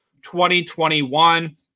2021